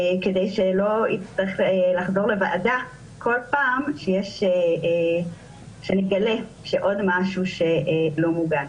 כדי שלא נצטרך לחזור לוועדה כל פעם שנגלה שיש עוד משהו לא מוגן.